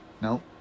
No